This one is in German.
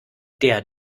der